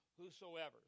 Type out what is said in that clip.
whosoever